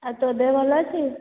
ଆଉ ତୋ ଦେହ ଭଲ ଅଛି